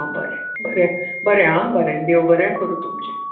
आं बरें बरें बरें आं बरें देव बरें करूं तुमचें